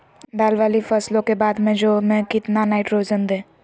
दाल वाली फसलों के बाद में जौ में कितनी नाइट्रोजन दें?